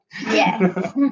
Yes